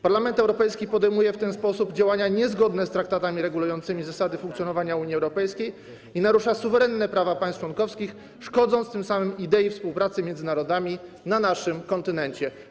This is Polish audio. Parlament Europejski podejmuje w ten sposób działania niezgodne z traktatami regulującymi zasady funkcjonowania Unii Europejskiej i narusza suwerenne prawa państw członkowskich, szkodząc tym samym idei współpracy między narodami na naszym kontynencie.